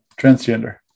transgender